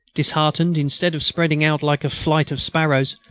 disheartened, instead of spreading out like a flight of sparrows,